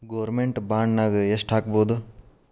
Government ಬಾಂಡ್ನಾಗ್ ಯೆಷ್ಟ್ ಹಾಕ್ಬೊದು?